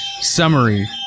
summary